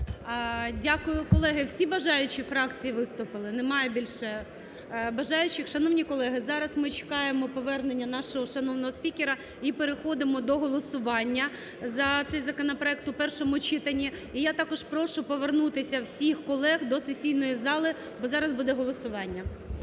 Дякую, колеги. Всі бажаючі фракції виступили? Немає більше бажаючих. Шановні колеги, зараз ми чекаємо повернення нашого шановного спікера і переходимо до голосування за цей законопроект у першому читанні. І я також прошу повернутися всіх колег до сесійної зали, бо зараз буде голосування.